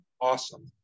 Awesome